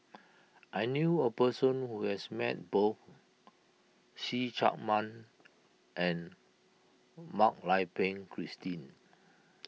I knew a person who has met both See Chak Mun and Mak Lai Peng Christine